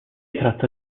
tratta